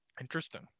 Interesting